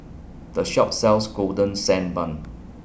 The Shop sells Golden Sand Bun